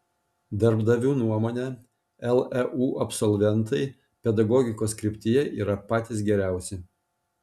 darbdavių nuomone leu absolventai pedagogikos kryptyje yra patys geriausi